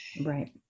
right